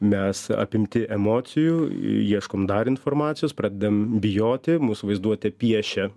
mes apimti emocijų ieškom dar informacijos pradedam bijoti mūsų vaizduotė piešia